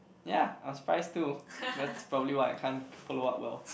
ya I'm surprised too that's probably why I can't follow up well